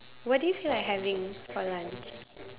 what do you feel like having for lunch